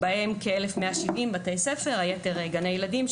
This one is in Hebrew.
בהם כ-1,170 בתי ספר והיתר גני ילדים,